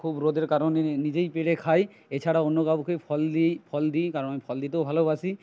খুব রোদের কারণে নিজেই পেড়ে খাই এছাড়াও অন্য কাউকে ফল দিই ফল দিই কারণ আমি ফল দিতেও ভালোবাসি